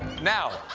now,